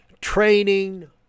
training